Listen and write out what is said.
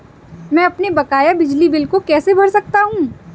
मैं अपने बकाया बिजली बिल को कैसे भर सकता हूँ?